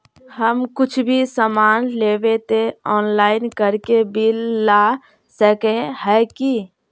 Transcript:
हम कुछ भी सामान लेबे ते ऑनलाइन करके बिल ला सके है की?